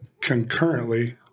concurrently